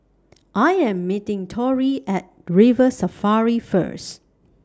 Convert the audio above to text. I Am meeting Torrie At River Safari First